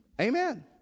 Amen